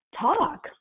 talk